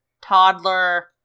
toddler